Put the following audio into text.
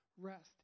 rest